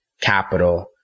capital